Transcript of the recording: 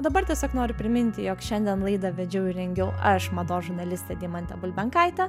o dabar tiesiog noriu priminti jog šiandien laidą vedžiau ir rengiau aš mados žurnalistė deimantė bulbenkaitė